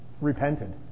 repented